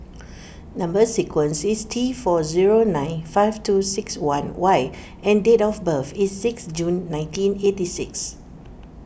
Number Sequence is T four zero nine five two six one Y and date of birth is six June nineteen eighty six